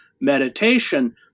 meditation